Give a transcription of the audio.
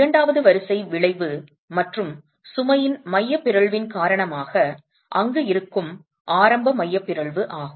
இரண்டாவது வரிசை விளைவு மற்றும் சுமையின் மைய பிறழ்வின் காரணமாக அங்கு இருக்கும் ஆரம்ப மைய பிறழ்வு ஆகும்